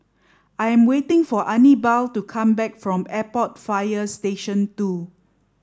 I am waiting for Anibal to come back from Airport Fire Station Two